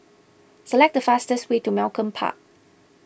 select the fastest way to Malcolm Park